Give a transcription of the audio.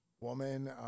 woman